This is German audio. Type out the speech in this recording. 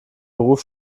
beruf